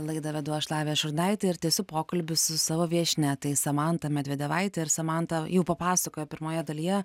laidą vedu aš lavija šurnaitė ir tęsiu pokalbį su savo viešnia tai samanta medvedevaitė ir samanta jau papasakojo pirmoje dalyje